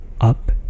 up